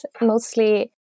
mostly